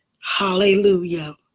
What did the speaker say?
Hallelujah